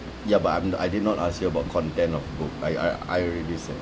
ya but I'm I did not ask you about content of book I I I already said